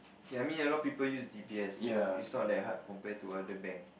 okay I mean a lot of people use d_b_s so it's not that hard compared to other bank